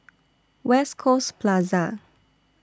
West Coast Plaza